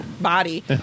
body